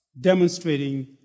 demonstrating